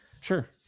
Sure